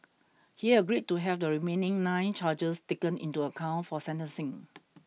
he agreed to have the remaining nine charges taken into account for sentencing